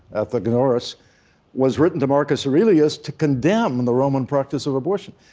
athenagoras, was written to marcus aurelius to condemn and the roman practice of abortion.